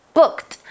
booked